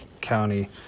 County